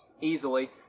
Easily